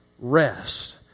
rest